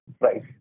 Right